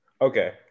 Okay